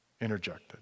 interjected